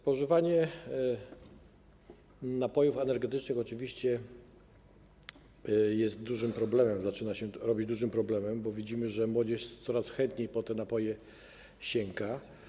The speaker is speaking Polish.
Spożywanie napojów energetycznych oczywiście jest dużym problemem, zaczyna się robić dużym problemem, bo widzimy, że młodzież coraz chętniej po te napoje sięga.